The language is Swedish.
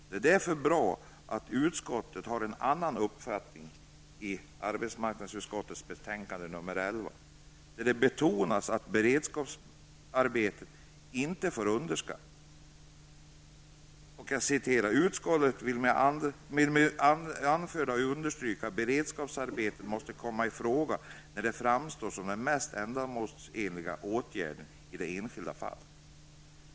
Det är därför bra att utskottet framför en annan uppfattning i sitt betänkande nr 11, där det betonas att beredskapsarbete inte får underskattas: ''Utskottet vill med det anförda understryka att beredskapsarbete måste kunna komma i fråga när detta framstår som den mest ändamålsenliga åtgärden i det enskilda fallet.''